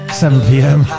7pm